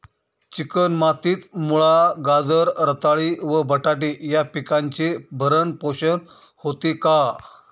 Chicken मातीत मुळा, गाजर, रताळी व बटाटे या पिकांचे भरण पोषण होते का?